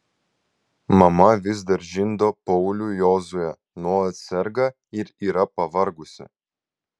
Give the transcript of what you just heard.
mama vis dar žindo paulių jozuę nuolat serga ir yra pavargusi